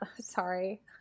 sorry